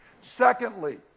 Secondly